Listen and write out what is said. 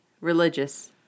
religious